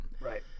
right